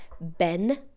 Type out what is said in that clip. ben